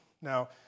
Now